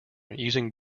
using